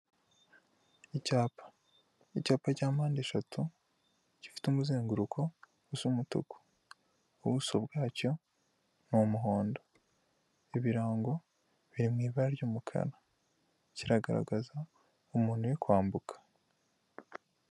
Icyapa, icyapa cya mpande eshatu gifite umuzenguruko usa umutuku, ubuso bwacyo ni umuhondo ibirango biri mu ibara ry'umukara kiragaragaza umuntu uri kwambuka.